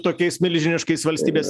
tokiais milžiniškais valstybės